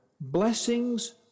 blessings